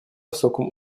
высоком